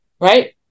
Right